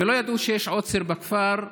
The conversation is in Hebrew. ולא ידעו שיש עוצר בכפר,